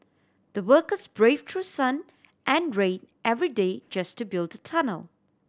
the workers braved through sun and rain every day just to build the tunnel